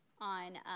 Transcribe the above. on